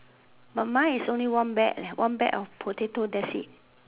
but mine is only one bag leh one bag of potato that's it